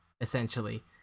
essentially